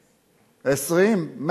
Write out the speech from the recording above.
פצועים, 20. 20?